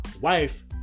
wife